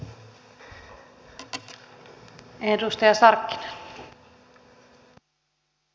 arvoisa puhemies